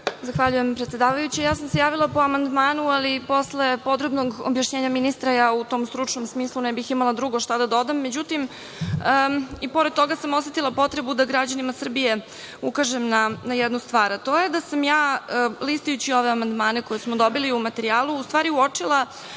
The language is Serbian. Zahvaljujem predsedavajuća. Ja sam se javila po amandmanu, ali posle podrobnog objašnjenja ministra, ja u drugom stručnom smislu ne bih imala šta da dodam. I pored toga sam osetila potrebu da građanima Srbije ukažem na jednu stvar, a to je da sam ja listajući ove amandmane koje smo dobili u materijalu, uočila